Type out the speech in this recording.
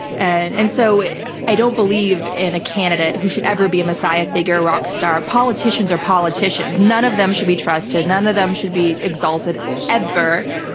and and so i don't believe in a candidate who should ever be a messiah figure, rock star. politicians are politicians. none of them should be trusted, none of them should be exalted ever.